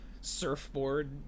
Surfboard